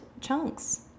chunks